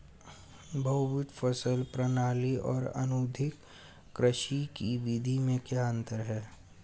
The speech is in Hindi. बहुविध फसल प्रणाली और आधुनिक कृषि की विधि में क्या अंतर है?